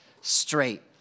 straight